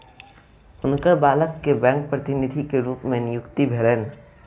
हुनकर बालक के बैंक प्रतिनिधि के रूप में नियुक्ति भेलैन